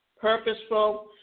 purposeful